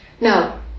now